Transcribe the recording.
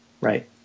Right